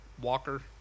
Walker